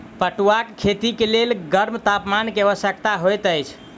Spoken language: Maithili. पटुआक खेती के लेल गर्म तापमान के आवश्यकता होइत अछि